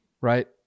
right